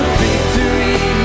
victory